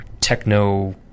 Techno